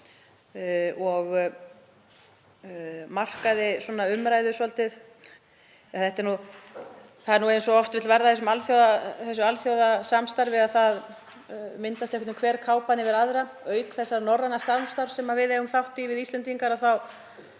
og markaði umræðuna svolítið. Það er eins og oft vill verða í þessu alþjóðasamstarfi að það myndast einhvern veginn hver kápan yfir aðra. Auk þessa norræna samstarfs sem við Íslendingar eigum